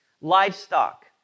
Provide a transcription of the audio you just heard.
livestock